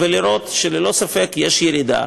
ולראות שללא ספק יש ירידה,